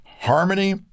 harmony